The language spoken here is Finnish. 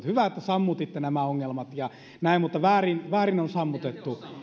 hyvä että sammutitte nämä ongelmat ja näin mutta väärin väärin on sammutettu